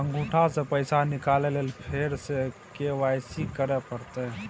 अंगूठा स पैसा निकाले लेल फेर स के.वाई.सी करै परतै?